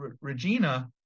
Regina